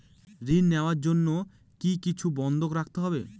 ঋণ নেওয়ার জন্য কি কিছু বন্ধক রাখতে হবে?